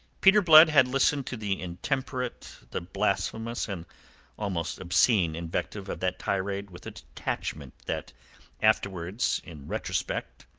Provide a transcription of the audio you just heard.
peter blood had listened to the intemperate, the blasphemous, and almost obscene invective of that tirade with a detachment that afterwards, in retrospect,